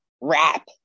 rap